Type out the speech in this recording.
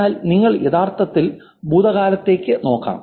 എന്നാൽ നിങ്ങൾക്ക് യഥാർത്ഥത്തിൽ ഭൂതകാലത്തിലേക്ക് നോക്കാം